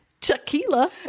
Tequila